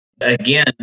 again